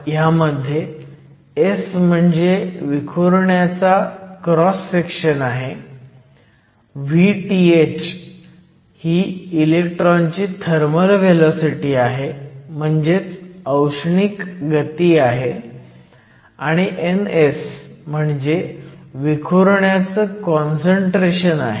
ह्यामध्ये S म्हणजे विखुरणाऱ्याचा क्रॉस सेक्शन आहे Vth ही इलेक्ट्रॉनची थर्मल व्हेलॉसिटी म्हणजेच औष्णिक गती आहे आणि Ns म्हणजे विखुरणाऱ्याचं काँसंट्रेशन आहे